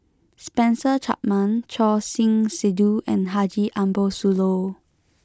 Spencer Chapman Choor Singh Sidhu and Haji Ambo Sooloh